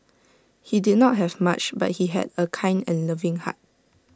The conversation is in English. he did not have much but he had A kind and loving heart